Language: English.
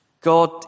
God